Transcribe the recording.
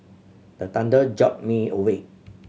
the thunder jolt me awake